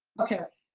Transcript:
okay,